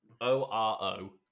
oro